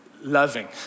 loving